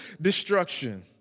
destruction